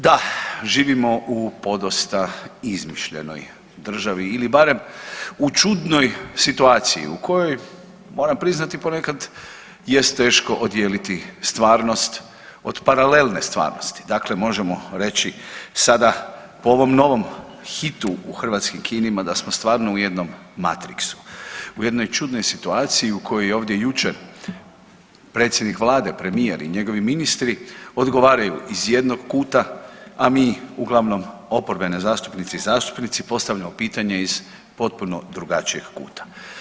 Da, živimo u podosta izmišljenoj državi ili barem u čudnoj situaciji u kojoj moram priznati ponekad jest teško odijeliti stvarnost od paralelne stvarnosti, dakle možemo reći sada po ovom novom hitu u hrvatskim kinima da smo stvarno u jednom Matrixu u jednoj čudnoj situaciji u kojoj je ovdje jučer predsjednik Vlade, premijer i njegovi ministri odgovaraju iz jednog kuta, a mi uglavnom oporbene zastupnice i zastupnici postavljamo pitanje iz potpuno drugačijeg kuta.